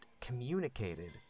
communicated